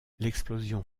l’explosion